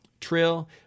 trill